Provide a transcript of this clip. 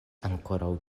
ankoraŭ